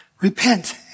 Repent